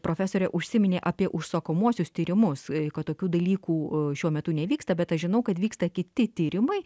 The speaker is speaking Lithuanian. profesorė užsiminė apie užsakomuosius tyrimus kad tokių dalykų šiuo metu nevyksta bet aš žinau kad vyksta kiti tyrimai